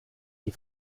die